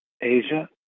Asia